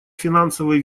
финансовые